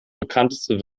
bekannteste